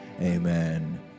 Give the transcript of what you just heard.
Amen